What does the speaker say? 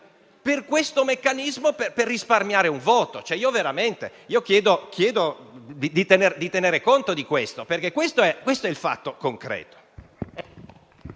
per questo meccanismo che risparmia un voto. Chiedo di tenere conto di ciò, perché è questo il fatto concreto.